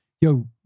Yo